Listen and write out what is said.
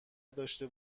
داشته